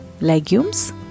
legumes